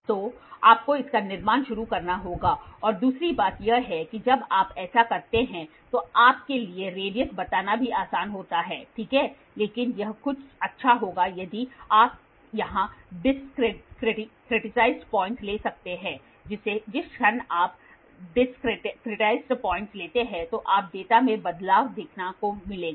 तो आपको इसका निर्माण शुरू करना होगा और दूसरी बात यह है कि जब आप ऐसा करते हैं तो आपके लिए रेडियस बताना भी आसान होता है ठीक है लेकिन यह अच्छा होगा यदि आप यहां डिसक्रेटिसैझड पाॅइंटस ले सकते हैं जिस क्षण आप डिसक्रेटिसैझड पाॅइंटस लेते हैं तो आप डेटा में बदलाव देखने को मिलेगा